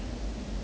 mm